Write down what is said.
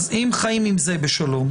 אם חיים עם זה בשלום,